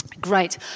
Great